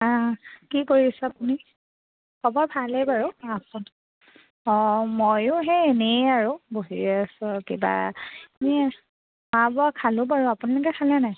কি কৰিছোঁ আপুনি খবৰ ভালেই বাৰু অঁ ময়ো সেই এনেই আৰু বহি আছো আৰু কিবা এনেই খোৱা বোৱা খালোঁ বাৰু আপোনালোকে খালেনে নাই